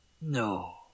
No